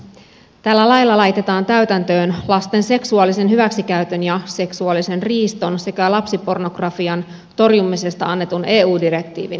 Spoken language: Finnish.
tällä lailla laitetaan täytäntöön lasten seksuaalisen hyväksikäytön ja seksuaalisen riiston sekä lapsipornografian torjumisesta annetun eu direktiivin velvoitteet